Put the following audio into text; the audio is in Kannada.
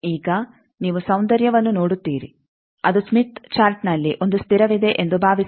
ಈಗ ನೀವು ಸೌಂದರ್ಯವನ್ನು ನೋಡುತ್ತೀರಿ ಅದು ಸ್ಮಿತ್ ಚಾರ್ಟ್ನಲ್ಲಿ ಒಂದು ಸ್ಥಿರವಿದೆ ಎಂದು ಭಾವಿಸೋಣ